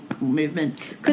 movements